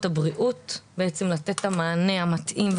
הבריאות בעצם לתת את המענה המתאים.